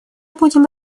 будем